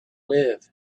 live